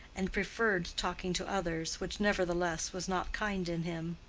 and preferred talking to others which nevertheless was not kind in him.